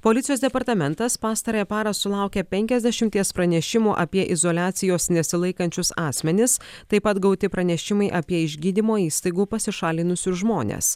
policijos departamentas pastarąją parą sulaukė penkiasdešimties pranešimų apie izoliacijos nesilaikančius asmenis taip pat gauti pranešimai apie iš gydymo įstaigų pasišalinusius žmones